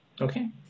Okay